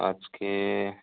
আজকে